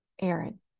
Aaron